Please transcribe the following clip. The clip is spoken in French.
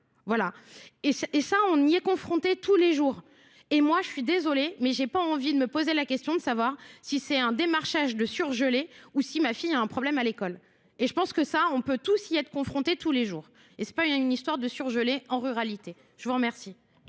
Voilà. Et ça on y est confronté tous les jours. Et moi je suis désolée mais j'ai pas envie de me poser la question de savoir si c'est un démarchage de surgeler ou si ma fille a un problème à l'école. Et je pense que ça, on peut tous y être confronté tous les jours. Et c'est pas une histoire de surgeler en ruralité. Je vous remercie.